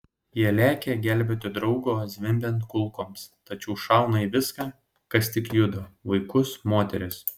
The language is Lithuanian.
jie lekia gelbėti draugo zvimbiant kulkoms tačiau šauna į viską kas tik juda vaikus moteris